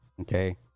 Okay